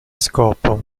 scopo